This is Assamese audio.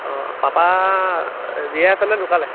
অঁ পাপা জীয়াই আছেনে ঢুকালে